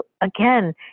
again